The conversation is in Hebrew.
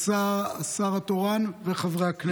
השר התורן וחברי הכנסת.